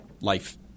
life